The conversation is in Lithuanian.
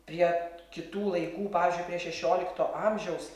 prie kitų laikų pavyzdžiui prie šešiolikto amžiaus